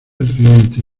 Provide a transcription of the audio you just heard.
riente